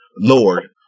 Lord